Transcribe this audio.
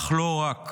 אך לא רק.